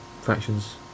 factions